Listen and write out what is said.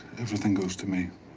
everything goes to me.